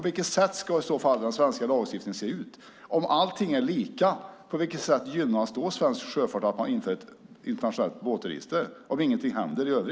Hur ska i så fall den svenska lagstiftningen se ut? Om allting är lika och ingenting händer i övrigt, på vilket sätt gynnas då svensk sjöfart av att man inför ett internationellt båtregister?